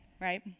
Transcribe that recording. right